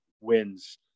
wins